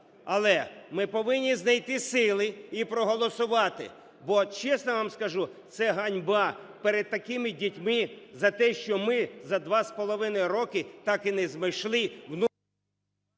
Але ми повинні знайти сили і проголосувати, бо, чесно вам скажу, це ганьба перед такими дітьми за те, що ми за 2,5 роки так і не знайшли